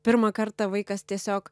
pirmą kartą vaikas tiesiog